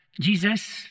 Jesus